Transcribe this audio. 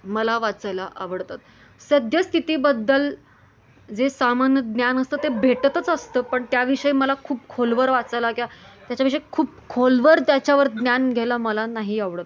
मला वाचायला आवडतात सद्यस्थितीबद्दल जे सामान्य ज्ञान असतं ते भेटतच असतं पण त्याविषयी मला खूप खोलवर वाचायला किंवा त्याच्याविषयी खूप खोलवर त्याच्यावर ज्ञान घ्यायला मला नाही आवडत